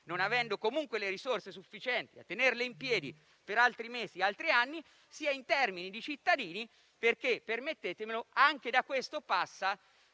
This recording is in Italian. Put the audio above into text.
non avendo comunque le risorse sufficienti a rimanere in piedi per altri mesi e altri anni, né in termini di cittadini, perché permettetemi di dire che anche da questo passa